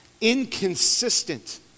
inconsistent